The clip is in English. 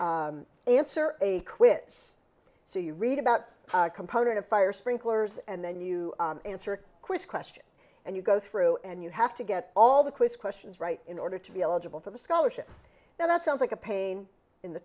and answer a quiz so you read about component of fire sprinklers and then you answer quick question and you go through and you have to get all the quiz questions right in order to be eligible for the scholarship now that sounds like a pain in the